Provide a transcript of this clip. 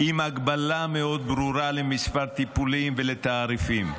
עם הגבלה מאוד ברורה של מספר הטיפולים והתעריפים.